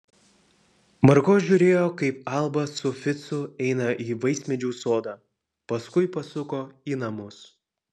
margo žiūrėjo kaip alba su ficu eina į vaismedžių sodą paskui pasuko į namus